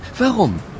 Warum